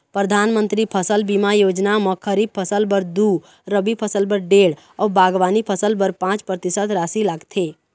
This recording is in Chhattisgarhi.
परधानमंतरी फसल बीमा योजना म खरीफ फसल बर दू, रबी फसल बर डेढ़ अउ बागबानी फसल बर पाँच परतिसत रासि लागथे